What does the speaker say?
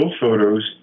photos